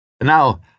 Now